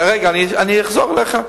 רגע, אני אחזור אליך.